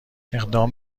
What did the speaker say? اقدام